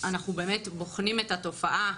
אנחנו באמת בוחנים את התופעה,